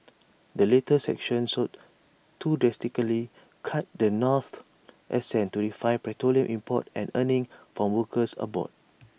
the latest sanctions sought to drastically cut the North's access to refined petroleum imports and earnings from workers abroad